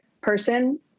person